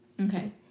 Okay